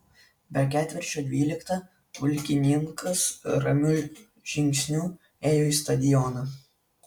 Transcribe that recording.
be ketvirčio dvyliktą pulkininkas ramiu žingsniu ėjo į stadioną